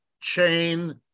chain